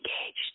engaged